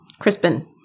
Crispin